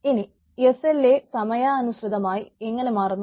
ഇനി S L A സമയ അനുസൃതമായി എങ്ങനെ മാറുന്നു